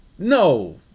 No